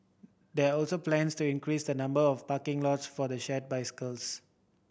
there are also plans to increase the number of parking lots for the shared bicycles